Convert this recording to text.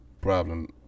problem